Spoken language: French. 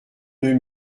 deux